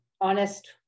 honest